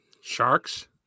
Sharks